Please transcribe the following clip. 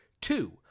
Two